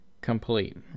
complete